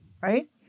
right